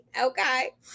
okay